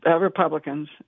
Republicans